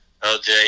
LJ